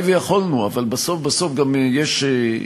שני,